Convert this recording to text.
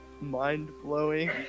mind-blowing